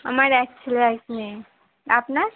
আমার এক ছেলে এক মেয়ে আপনার